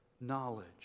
knowledge